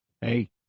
Hey